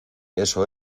eso